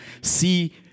see